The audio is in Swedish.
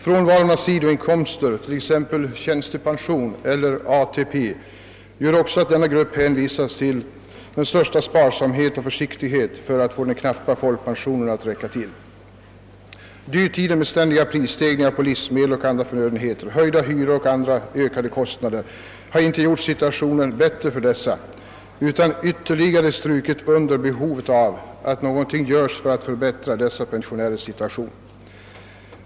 Frånvaron av sidoinkomster, t.ex. tjänstepension eller ATP, gör också att denna grupp hänvisas till den största sparsamhet och försiktighet för att få den knappa folkpensionen att räcka till. Dyrtiden med ständiga prisstegringar på livsmedel och andra förnödenheter, höjda hyror och andra ökade kostnader har inte gjort situationen bättre utan ytterligare understrukit behovet av att någonting görs för att förbättra dessa pensionärers situation.